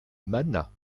mana